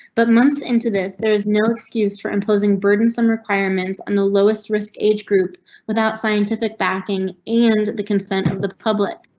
but month into this there is no excuse for imposing burdensome requirements on the lowest risk age group without scientific backing. and the consent of the public.